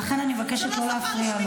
ולכן אני מבקשת לא להפריע לו.